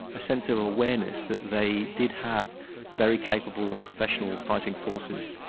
a sense of awareness that they did have very capable and professional fighting forces.